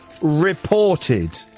reported